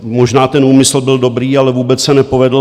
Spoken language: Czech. Možná ten úmysl byl dobrý, ale vůbec se nepovedl.